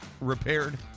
repaired